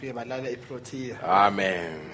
Amen